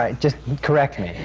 ah just correct me!